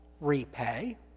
repay